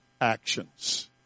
actions